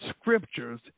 scriptures